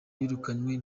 birukanywe